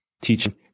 teaching